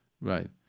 Right